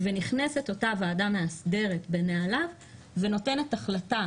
ונכנסת אותה ועדה מאסדרת בנעליו ונותנת החלטה.